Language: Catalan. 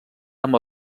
amb